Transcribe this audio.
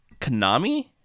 Konami